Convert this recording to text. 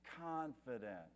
confident